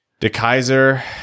DeKaiser